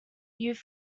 youth